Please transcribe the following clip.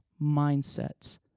mindsets